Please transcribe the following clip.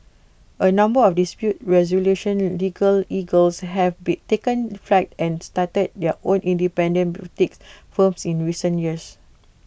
A number of dispute resolution legal eagles have be taken flight and started their own independent boutique firms in recent years